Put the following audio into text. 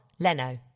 Leno